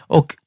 Och